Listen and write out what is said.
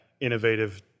innovative